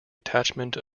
attachment